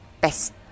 best